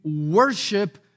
worship